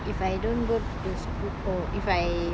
if I don't go to school or if I